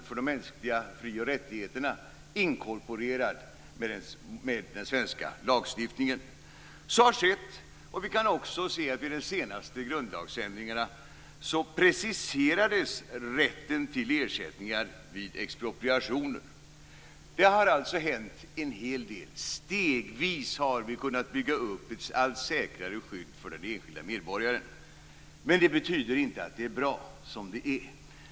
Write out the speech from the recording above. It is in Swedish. Vi kan också se att rätten till ersättningar vid expropriationer preciserades vid de senaste grundlagsändringarna. Det har alltså hänt en hel del. Stegvis har vi kunnat bygga upp ett allt säkrare skydd för den enskilda medborgaren. Men det betyder inte att det är bra som det är.